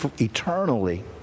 eternally